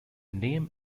name